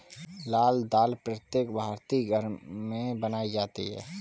लाल दाल प्रत्येक भारतीय घर में बनाई जाती है